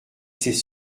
ses